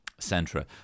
Centra